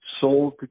sold